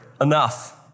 enough